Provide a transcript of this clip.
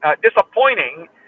disappointing